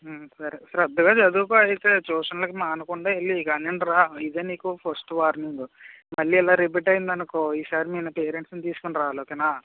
సరే శ్రద్దగా చదువుకో అయితే ట్యూషన్లకి మానకుండా వెళ్ళి అక్కడ నుండి రా ఇక ఇదే నీకు ఫస్ట్ వార్నింగు మళ్ళీ ఇలా రిపీట్ అయ్యిందనుకో ఈసారి మీ పేరెంట్స్ని తీసుకుని రావాలి ఓకేనా